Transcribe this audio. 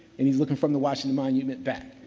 and he's looking from the washington monument back.